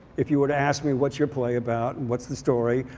if you were to ask me what's your play about? what's the story?